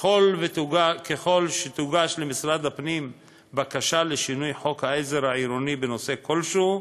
ככל שתוגש למשרד הפנים בקשה לשינוי חוק העזר העירוני בנושא כלשהו,